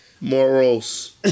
morals